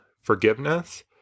forgiveness